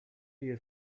you